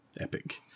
epic